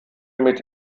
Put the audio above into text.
mit